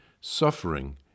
suffering